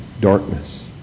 darkness